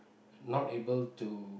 not able to